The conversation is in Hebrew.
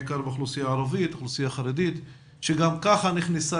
בעיקר האוכלוסייה הערבית והחרדית שגם כך נכנסה